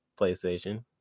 PlayStation